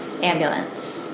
ambulance